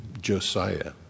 Josiah